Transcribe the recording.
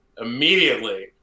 immediately